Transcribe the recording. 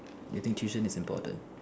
do you think tuition is important